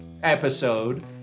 episode